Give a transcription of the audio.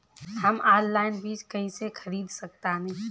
हम ऑनलाइन बीज कईसे खरीद सकतानी?